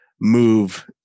move